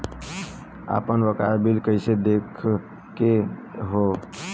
आपन बकाया बिल कइसे देखे के हौ?